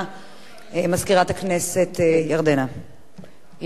מזכירת הכנסת ירדנה מלר.